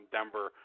Denver